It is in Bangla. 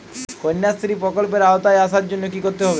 কন্যাশ্রী প্রকল্পের আওতায় আসার জন্য কী করতে হবে?